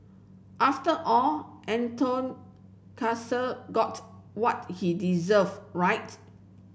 after all Anton got what he deserved right